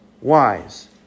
wise